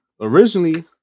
originally